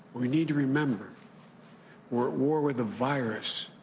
we need to remember we're at war with the virus,